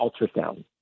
ultrasound